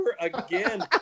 again